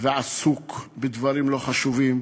ועסוק בדברים לא חשובים.